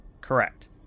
Correct